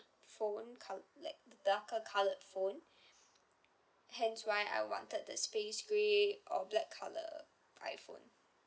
phone col~ like darker coloured phone hence why I wanted the space grey or black colour iphone